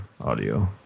audio